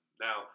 Now